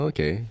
Okay